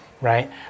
right